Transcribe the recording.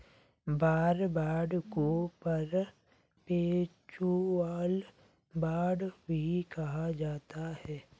war bond को perpetual bond भी कहा जाता है